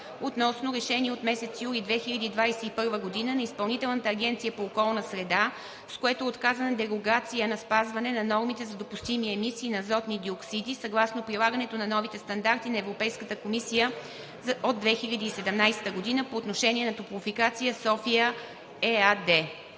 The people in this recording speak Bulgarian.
относно решение от месец юли 2021 г. на Изпълнителната агенция по околна среда, с което е отказана дерогация на спазване на нормите за допустими емисии на азотни диоксиди съгласно прилагането на новите стандарти на Европейската комисия от 2017 г. по отношение на „Топлофикация София“ ЕАД.